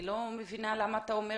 אני לא מבינה למה אתה אומר